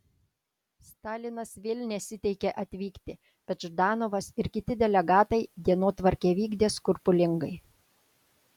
stalinas vėl nesiteikė atvykti bet ždanovas ir kiti delegatai dienotvarkę vykdė skrupulingai